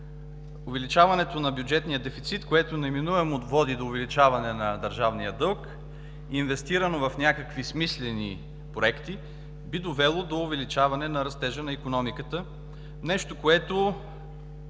увеличаването на бюджетния дефицит, което неминуемо води до увеличаване на държавния дълг, инвестирано в някакви смислени проекти, би довело до увеличаване на растежа на икономиката – нещо, което